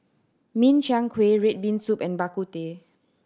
Min Chiang Kueh red bean soup and Bak Kut Teh